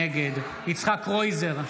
נגד יצחק קרויזר,